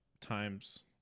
times